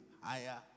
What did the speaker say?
higher